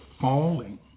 falling